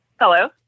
Hello